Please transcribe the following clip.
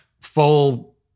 full